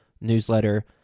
newsletter